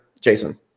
Jason